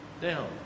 down